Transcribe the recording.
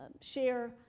share